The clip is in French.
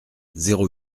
zéro